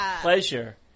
pleasure